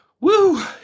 woo